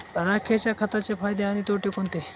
राखेच्या खताचे फायदे आणि तोटे कोणते?